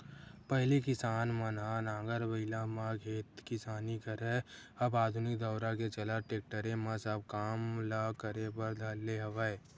पहिली किसान मन ह नांगर बइला म खेत किसानी करय अब आधुनिक दौरा के चलत टेक्टरे म सब काम ल करे बर धर ले हवय